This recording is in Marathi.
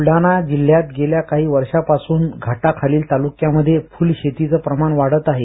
बुलडाणा जिल्ह्यात गेल्या काही वषार्पासून घाटाखालील तालुक्यांमध्ये फुलशेतीचं प्रमाण वाढत आहे